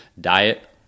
diet